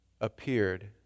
appeared